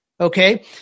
Okay